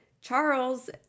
Charles